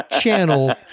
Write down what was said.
channel